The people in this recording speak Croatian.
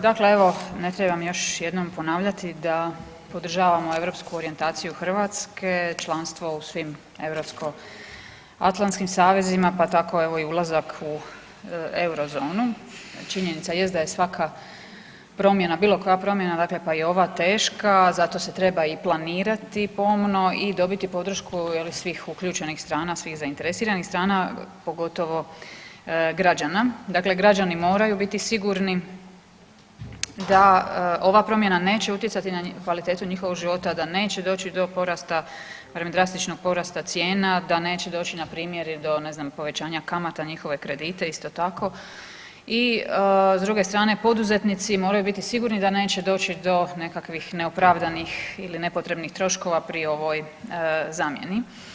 Dakle evo, ne trebam još jednom ponavljati da podržavamo europsku orijentaciju Hrvatske, članstvo u svim europsko-atlantskim savezima, pa tako evo i ulazak u Eurozonu, no činjenica jest da je svaka promjena, bilo koja promjena, dakle, pa i ova, teška, zato se treba i planirati pomno i dobiti podršku, je li, svih uključenih strana, svih zainteresiranih strana, pogotovo građana, dakle građani moraju biti sigurni da ova promjena neće utjecati na kvalitetu njihovog života, da neće doći do porasta, drastičnog porasta cijena, da neće doći npr. i do, ne znam, povećanja kamata, njihove kredite, isto tako i s druge strane, poduzetnici moraju biti sigurni da neće doći do nekakvih neopravdanih ili nepotrebnih troškova pri ovoj zamjeni.